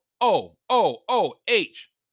O-O-O-H